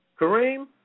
Kareem